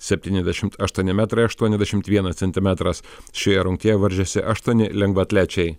septyniasdešimt aštuoni metrai aštuoniasdešimt vienas šioje rungtyje varžėsi aštuoni lengvaatlečiai